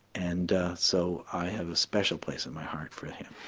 and so i have a special place in my heart for him.